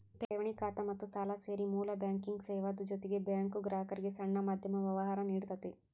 ಠೆವಣಿ ಖಾತಾ ಮತ್ತ ಸಾಲಾ ಸೇರಿ ಮೂಲ ಬ್ಯಾಂಕಿಂಗ್ ಸೇವಾದ್ ಜೊತಿಗೆ ಬ್ಯಾಂಕು ಗ್ರಾಹಕ್ರಿಗೆ ಸಣ್ಣ ಮಧ್ಯಮ ವ್ಯವ್ಹಾರಾ ನೇಡ್ತತಿ